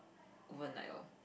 overnight orh